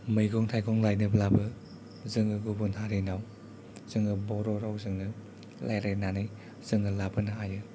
मैगं थाइगं लायनोब्लाबो जोङो गुबुन हारिनाव जोङो बर' रावजोंनो रायज्लायनानै जोङो लाबोनो हायो